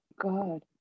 God